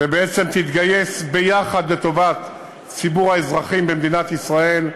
ובעצם תתגייס ביחד לטובת ציבור האזרחים במדינת ישראל,